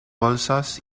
bolsas